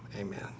amen